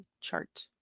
Chart